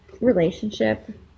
relationship